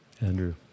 Andrew